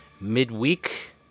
midweek